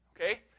okay